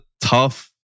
tough